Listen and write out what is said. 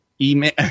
email